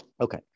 Okay